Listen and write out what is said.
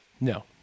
No